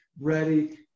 ready